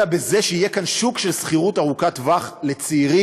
אלא בזה שיהיה כאן שוק של שכירות של ארוכת טווח לצעירים,